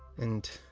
and